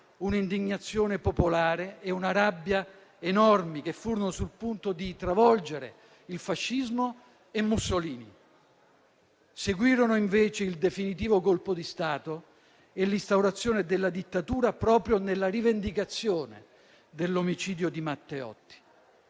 un'indignazione popolare e una rabbia enormi, che furono sul punto di travolgere il fascismo e Mussolini. Seguirono invece il definitivo colpo di Stato e l'instaurazione della dittatura proprio nella rivendicazione dell'omicidio di Matteotti.